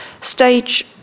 Stage